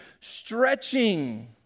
stretching